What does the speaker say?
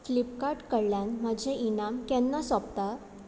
Flipkart कडल्यान म्हजें इनाम केन्ना सोंपता